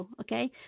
Okay